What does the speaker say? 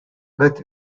let